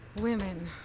Women